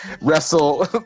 Wrestle